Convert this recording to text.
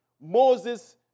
Moses